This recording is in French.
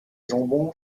jambon